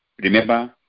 Remember